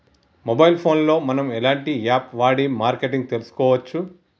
Mobile phone లో మనం ఎలాంటి యాప్ వాడి మార్కెటింగ్ తెలుసుకోవచ్చు?